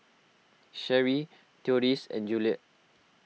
Sherry theodis and Juliet